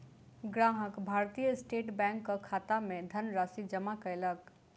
ग्राहक भारतीय स्टेट बैंकक खाता मे धनराशि जमा कयलक